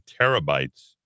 terabytes